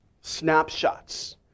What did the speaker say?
snapshots